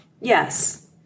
Yes